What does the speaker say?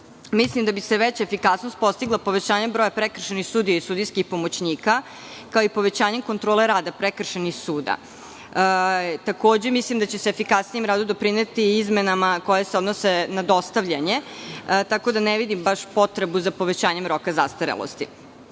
traje. Mislim da će se veća efikasnost postići povećanjem broja prekršajnih sudija i sudijskih pomoćnika, kao i povećanjem kontrole rada prekršajnih sudova. Takođe mislim da će se efikasnijem radu doprineti izmena koje se odnose na dostavljanje, tako da ne vidim potrebu za povećanjem roka zastarelosti. Smatram